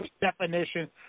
definition